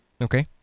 Okay